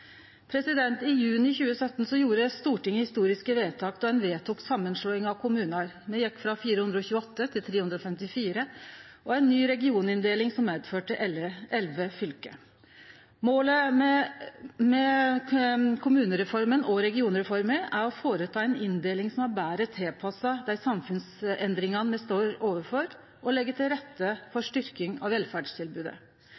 I juni 2017 gjorde Stortinget historiske vedtak då ein vedtok samanslåing av kommunar. Talet på kommunar gjekk ned frå 428 til 354, og ei ny regioninndeling medførte elleve fylke. Målet med kommunereforma og regionreforma er å gjere ei inndeling som er betre tilpassa dei samfunnsendringane me står overfor, og leggje til rette